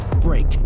break